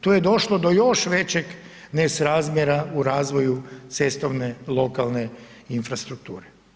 Tu je došlo do još većeg nesrazmjera u razvoju cestovne lokalne infrastrukture.